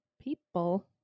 people